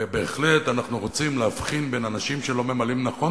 ובהחלט אנחנו רוצים להבחין בין אנשים שלא ממלאים נכון